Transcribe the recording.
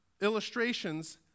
illustrations